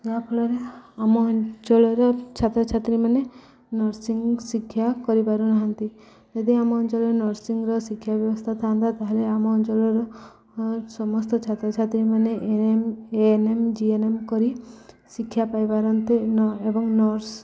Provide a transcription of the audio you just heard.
ଯାହାଫଳରେ ଆମ ଅଞ୍ଚଳର ଛାତ୍ରଛାତ୍ରୀମାନେ ନର୍ସିଂ ଶିକ୍ଷା କରିପାରୁନାହାନ୍ତି ଯଦି ଆମ ଅଞ୍ଚଳରେ ନର୍ସିଂର ଶିକ୍ଷା ବ୍ୟବସ୍ଥା ଥାଆନ୍ତା ତାହେଲେ ଆମ ଅଞ୍ଚଳର ସମସ୍ତ ଛାତ୍ରଛାତ୍ରୀମାନେ ଏନଏମ୍ ଏଏନ୍ଏମ୍ ଜିଏନ୍ଏମ୍ କରି ଶିକ୍ଷା ପାଇପାରନ୍ତେ ଏବଂ ନର୍ସ